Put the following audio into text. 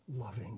loving